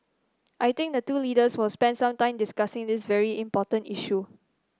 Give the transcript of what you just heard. I think the two leaders will spend some time discussing this very important issue